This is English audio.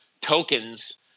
tokens